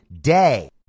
day